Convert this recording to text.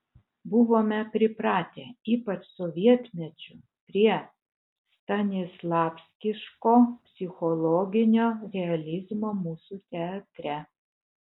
buvome pripratę ypač sovietmečiu prie stanislavskiško psichologinio realizmo mūsų teatre